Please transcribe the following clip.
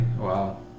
Wow